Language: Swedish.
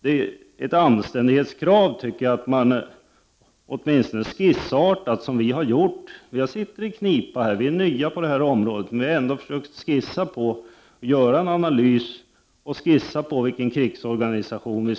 Det är ett anständighetskrav, tycker jag, att man åtminstone skissartat talar om hur man bedömer situationen — som vi har gjort. Vi sitter här i knipa, vi är nya på det här området. Men vi har ändå försökt göra en analys och skissera vilken krigsorganisation